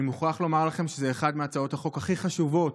אני מוכרח לומר לכם שזו אחת מהצעות החוק הכי חשובות